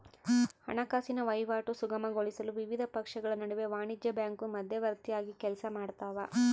ಹಣಕಾಸಿನ ವಹಿವಾಟು ಸುಗಮಗೊಳಿಸಲು ವಿವಿಧ ಪಕ್ಷಗಳ ನಡುವೆ ವಾಣಿಜ್ಯ ಬ್ಯಾಂಕು ಮಧ್ಯವರ್ತಿಯಾಗಿ ಕೆಲಸಮಾಡ್ತವ